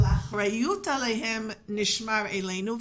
אבל האחריות עליהן נשמרת אצלנו.